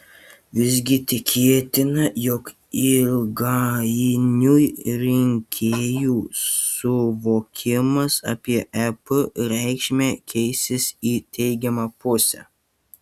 visgi tikėtina jog ilgainiui rinkėjų suvokimas apie ep reikšmę keisis į teigiamą pusę